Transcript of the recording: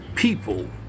people